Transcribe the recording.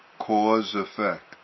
cause-effect